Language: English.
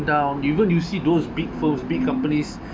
down even you see those big firms big companies